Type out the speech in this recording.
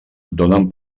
donen